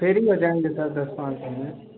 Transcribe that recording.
free हो जाएँगे sir दस पाँच दिन में